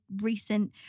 recent